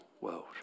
world